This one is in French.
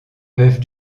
peuvent